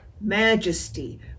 majesty